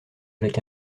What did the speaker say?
avec